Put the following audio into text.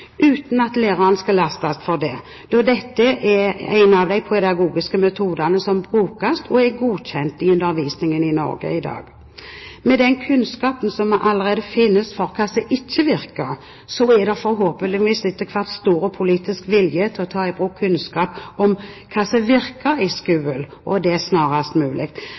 uten at læreren skal lastes for det, da dette er en av de pedagogiske metodene som brukes og er godkjent i undervisningen i Norge i dag. Med den kunnskapen som allerede finnes for hva som ikke virker, er det forhåpentligvis etter hvert blitt stor politisk vilje til å ta i bruk kunnskap om hva som virker i skolen, og det snarest mulig.